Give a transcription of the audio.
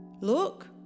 Look